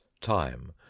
time